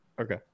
okay